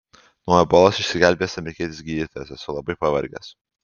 nuo ebolos išsigelbėjęs amerikietis gydytojas esu labai pavargęs